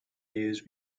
use